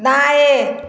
दाएँ